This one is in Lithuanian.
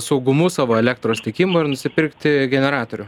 saugumu savo elektros tiekimo ir nusipirkti generatorių